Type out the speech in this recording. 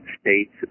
states